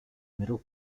middle